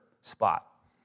spot